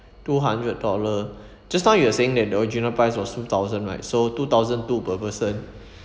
two hundred dollar just now you were saying that the original price was two thousand right so two thousand two per person